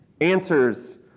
answers